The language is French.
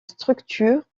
structure